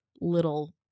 little